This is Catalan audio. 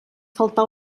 faltar